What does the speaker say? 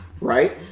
right